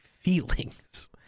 feelings